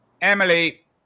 Emily